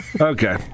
Okay